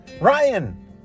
Ryan